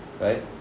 right